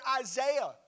Isaiah